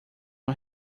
one